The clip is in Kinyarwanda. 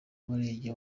murenge